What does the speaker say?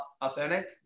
authentic